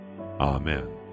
Amen